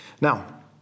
Now